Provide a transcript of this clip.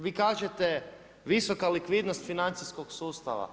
Vi kažete visoka likvidnost financijskog sustava.